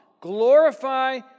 Glorify